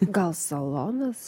gal salonas